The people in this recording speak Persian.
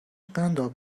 قنداب